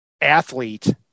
athlete